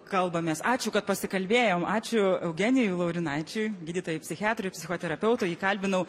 kalbamės ačiū kad pasikalbėjom ačiū eugenijui laurinaičiui gydytojui psichiatrui psichoterapeutui jį kalbinau